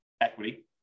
equity